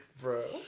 Bro